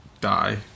die